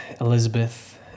Elizabeth